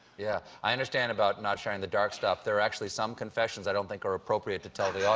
yeah i understand about not sharing the dark stuff. there are actually some confessions i don't think are appropriate to tell the yeah